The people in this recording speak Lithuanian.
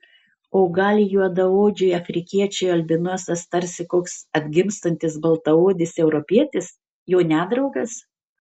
o gal juodaodžiui afrikiečiui albinosas tarsi koks atgimstantis baltaodis europietis jo nedraugas